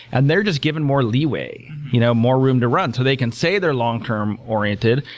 and they're just given more leeway, you know more room to run, so they can say they're long-term oriented,